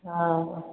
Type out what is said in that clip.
हॅं